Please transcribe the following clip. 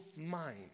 mind